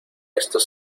estos